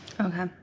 Okay